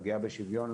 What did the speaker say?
הפגיעה בשוויון.